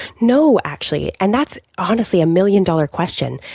no actually, and that's honestly a million-dollar question.